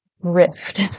rift